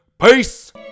peace